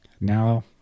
Now